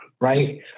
right